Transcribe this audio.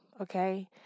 okay